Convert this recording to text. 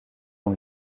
ont